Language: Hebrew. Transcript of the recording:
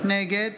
נגד